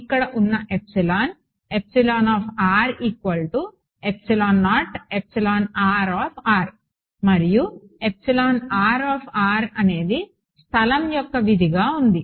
ఇక్కడ ఉన్న ఈ ఎప్సిలాన్ మరియు స్థలం యొక్క విధిగా ఉంది